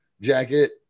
jacket